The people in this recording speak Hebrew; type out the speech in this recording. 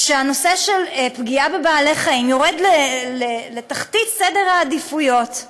שהנושא של פגיעה בבעלי-חיים יורד לתחתית סדר העדיפויות.